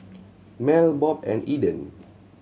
Mel Bob and Eden